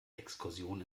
exkursion